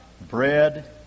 bread